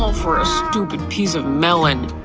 for a stupid piece of melon.